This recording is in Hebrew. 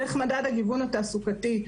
דרך מדד הגיוון התעסוקתי,